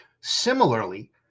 Similarly